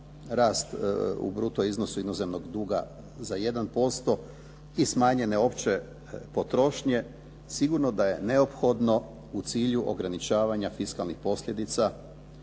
rast u bruto iznosu inozemnog duga za 1% i smanjene opće potrošnje sigurno da je neophodno u cilju ograničavanja fiskalnih posljedica